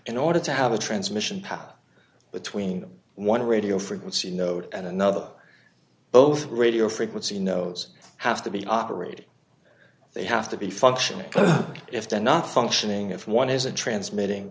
in order to have a transmission path between one radio frequency node and another both radio frequency knows have to be operated they have to be functional if they are not functioning if one is a transmitting